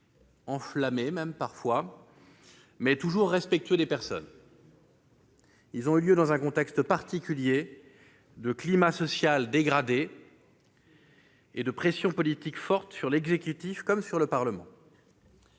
enflammés même parfois, mais toujours respectueux des personnes. Ils ont eu lieu dans un contexte particulier de climat social dégradé et de pression politique forte sur l'exécutif comme sur le Parlement.